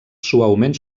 suaument